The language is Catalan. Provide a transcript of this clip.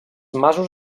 masos